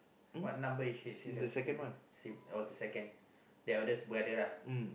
what number is he in the family oh he's the second the eldest brother lah